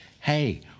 hey